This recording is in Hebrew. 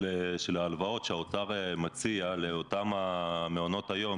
ההלוואות שהאוצר מציע לאותם מעונות היום,